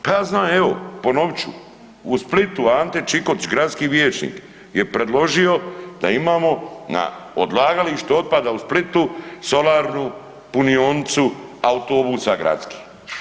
Pa ja znam evo, ponovit ću, u Splitu Ante Čikotić, gradski vijećnik je predložio da imamo na odlagalištu otpada Splitu, solarnu punionicu autobusa gradskih.